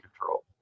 control